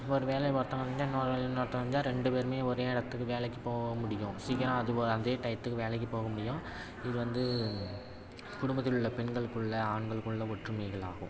ஒரு வேலையை ஒருத்தவன் செஞ்சால் இன்னொரு வேலையை இன்னொருத்தவன் செஞ்சால் ரெண்டு பேருமே ஒரே இடத்துக்கு வேலைக்கு போக முடியும் சீக்கிரம் அது ஓ அதே டையத்துக்கு வேலைக்கு போக முடியும் இது வந்து குடும்பத்தில் உள்ள பெண்களுக்குள்ளே ஆண்களுக்குள்ளே ஒற்றுமைகள் ஆகும்